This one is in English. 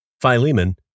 Philemon